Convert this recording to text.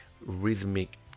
rhythmic